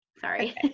Sorry